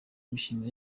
imishinga